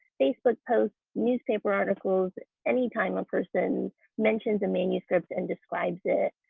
facebook posts, newspaper articles, anytime a person mentions a manuscript and describes it,